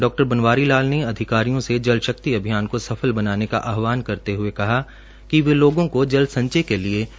डॉ बनवारी लाल ने अधिकारियों से जलशक्ति अभियान को सफल बनाने का आह्वान करते हुए कहा कि वे लोगों को जल संचय के लिए प्रेरित करें